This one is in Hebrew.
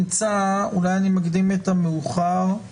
אולי אני מקדים את המאוחר אבל